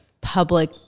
public